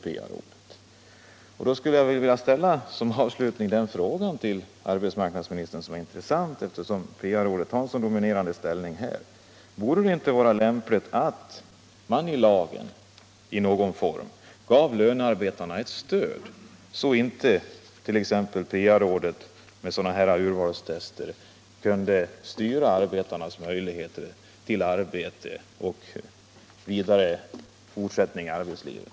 Därför skulle jag avslutningsvis till arbetsmarknadsministern vilja ställa en fråga, som är intressant, eftersom PA-rådet fått en så dominerande ställning: Vore det inte lämpligt att i lagen i någon form ge lönarbetarna ett stöd så att inte t.ex. PA-rådet med sådana här urvalstester kan styra arbetarnas möjligheter att få arbete och att avancera i arbetslivet?